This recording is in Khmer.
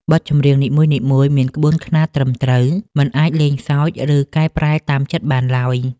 បទចម្រៀងនីមួយៗមានក្បួនខ្នាតត្រឹមត្រូវ មិនអាចលេងសើច ឬកែប្រែតាមចិត្តបានឡើយ។